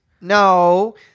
No